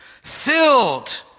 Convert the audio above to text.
filled